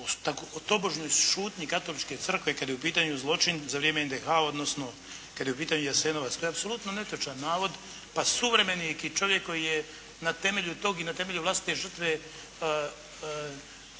o tobožnjoj šutnji Katoličke crkve kada je u pitanju zločin za vrijeme NDH-a, odnosno kada je u pitanju Jasenovac. To je apsolutno netočan navod, pa suvremeni neki čovjek koji je na temelju tog i na temelju vlastite žrtve proglašen